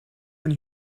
when